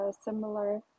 similar